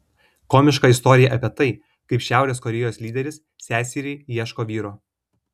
komiška istorija apie tai kaip šiaurės korėjos lyderis seseriai ieško vyro